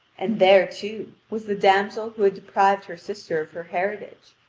and there, too, was the damsel who had deprived her sister of her heritage,